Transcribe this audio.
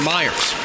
Myers